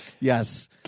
Yes